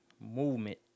movement